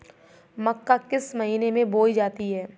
मक्का किस महीने में बोई जाती है?